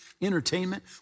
entertainment